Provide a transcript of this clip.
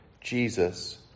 Jesus